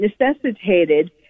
necessitated